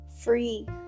free